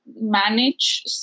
manage